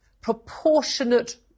proportionate